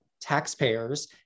taxpayers